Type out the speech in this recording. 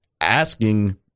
asking